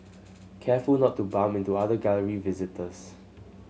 careful not to bump into other Gallery visitors